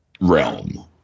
realm